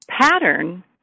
pattern